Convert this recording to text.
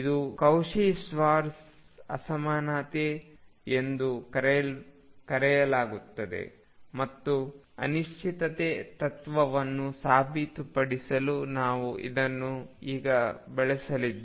ಇದನ್ನು Cauchy Schwarz ಅಸಮಾನತೆ ಎಂದು ಕರೆಯಲಾಗುತ್ತದೆ ಮತ್ತು ಅನಿಶ್ಚಿತತೆ ತತ್ವವನ್ನು ಸಾಬೀತುಪಡಿಸಲು ನಾವು ಇದನ್ನು ಈಗ ಬಳಸಲಿದ್ದೇವೆ